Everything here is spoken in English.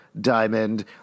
Diamond